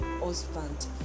husband